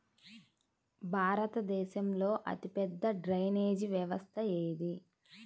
భారతదేశంలో అతిపెద్ద డ్రైనేజీ వ్యవస్థ ఏది?